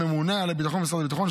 הממונה על הביטחון במשרד הביטחון,